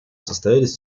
состоялись